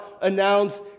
announce